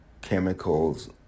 chemicals